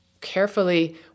carefully